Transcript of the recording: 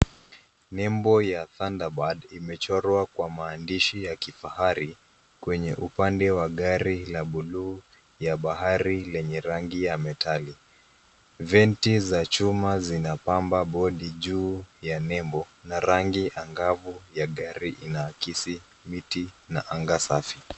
Nebo ya Thunder bird, imechorwa kwa maandishi ya kifahari kwenye upande wa gari la blue ya bahari lenye rangi ya metali. Venti za chuma zinapamba bodi juu ya nebo, na rangi angavu ya gari inaakisi miti na anga safi.